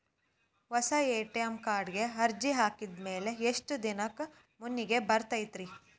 ಹೊಸಾ ಎ.ಟಿ.ಎಂ ಕಾರ್ಡಿಗೆ ಅರ್ಜಿ ಹಾಕಿದ್ ಮ್ಯಾಲೆ ಎಷ್ಟ ದಿನಕ್ಕ್ ಮನಿಗೆ ಬರತೈತ್ರಿ?